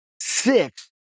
six